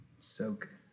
soak